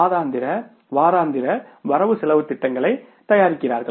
மாதாந்திர வாராந்திர வரவு செலவுத் திட்டங்களை அவர்கள் தயாரிக்கிறார்கள்